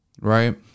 right